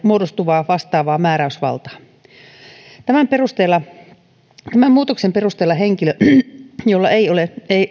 muodostuvaa vastaavaa määräysvaltaa tämän muutoksen perusteella henkilö jolla ei